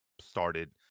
started